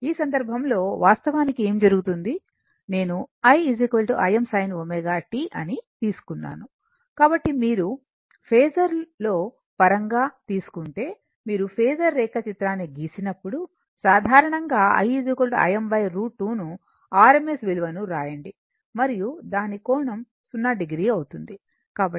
ఈ సందర్భంలో వాస్తవానికి ఏమి జరుగుతుంది నేను i Im sin ω t అని తీసుకున్నాను కాబట్టి మీరు ఫేసర్లో పరంగా తీసుకుంటే మీరు ఫేసర్ రేఖాచిత్రాన్ని గీసినప్పుడు సాధారణంగా i Im √ 2 ను rms విలువను వ్రాయండి మరియు దాని కోణం 0 o అవుతుంది